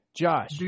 Josh